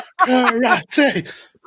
karate